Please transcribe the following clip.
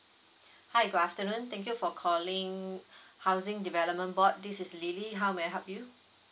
hi good afternoon thank you for calling housing development board this is lily how may I help you